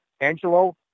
Angelo